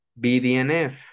BDNF